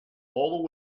all